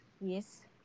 yes